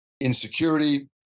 insecurity